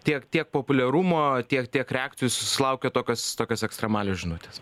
tiek tiek populiarumo tiek tiek reakcijų susilaukia tokios tokios ekstremalios žinutės